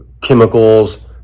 chemicals